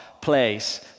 place